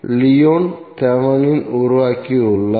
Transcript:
Leon தேவெனின் உருவாக்கியுள்ளார்